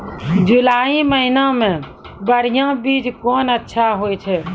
जुलाई महीने मे बढ़िया बीज कौन अच्छा होय छै?